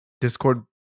discord